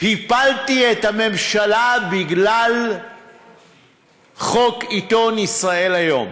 הפלתי את הממשלה בגלל חוק עיתון "ישראל היום".